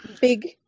big